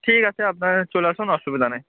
ঠিক আছে আপনারা চলে আসুন অসুবিধা নেই